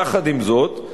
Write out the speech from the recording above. יחד עם זאת,